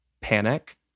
Panic